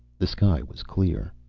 the sky was clear.